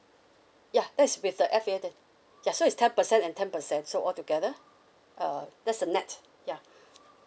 yeah that's with uh F A ten ya so it's ten percent and ten percent so altogether uh that's a nett ya